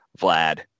Vlad